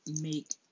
make